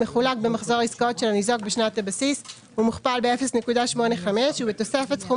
מחולק במחזור העסקאות של הניזוק בשנת הבסיס ומוכפל ב-0.85 ובתוספת סכום